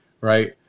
Right